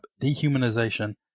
dehumanization